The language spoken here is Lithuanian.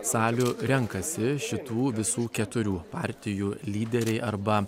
salių renkasi šitų visų keturių partijų lyderiai arba